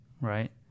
Right